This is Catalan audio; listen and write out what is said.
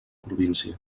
província